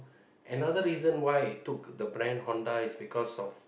another reason why it took the brand Honda is because of